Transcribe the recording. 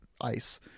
ice